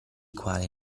quali